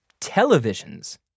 televisions